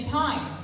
time